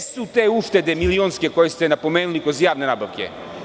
Gde su te uštede milionske koje ste napomenuli kroz javne nabavke?